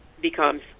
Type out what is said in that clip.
becomes